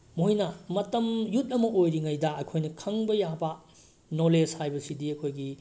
ꯃꯣꯏꯅ ꯃꯇꯝ ꯌꯨꯠ ꯑꯃ ꯑꯣꯏꯔꯤꯉꯩꯗ ꯑꯩꯈꯣꯏꯅ ꯈꯪꯕ ꯌꯥꯕ ꯅꯣꯂꯦꯖ ꯍꯥꯏꯕꯁꯤꯗꯤ ꯑꯩꯈꯣꯏꯒꯤ